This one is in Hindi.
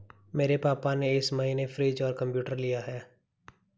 मेरे पापा ने इस महीने फ्रीज और कंप्यूटर लिया है